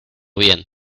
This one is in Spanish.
bien